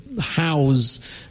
house